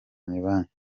banjye